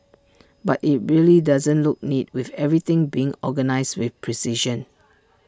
but IT really doesn't look neat with everything being organised with precision